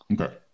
Okay